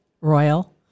Royal